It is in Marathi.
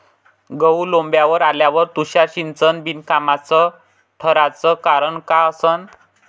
गहू लोम्बावर आल्यावर तुषार सिंचन बिनकामाचं ठराचं कारन का असन?